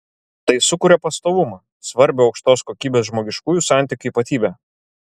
tai sukuria pastovumą svarbią aukštos kokybės žmogiškųjų santykių ypatybę